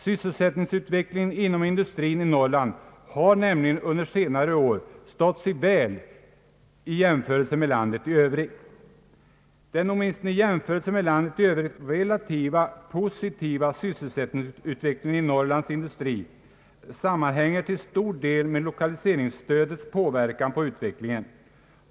Sysselsättningsulvecklingen inom industrin i Norrland har nämligen under senare ar stått sig väl i jämförelse med landet i Övrigt. Den åtminstone i jämförelse med landet i övrigt relativt positiva sysselsättningsutvecklingen inom Norrlands indusiri sammanhänger till stor del med lokaliseringsstödets påverkan på utvecklingen.